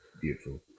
beautiful